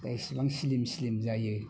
दा एसेबां slim slim जायो